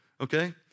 okay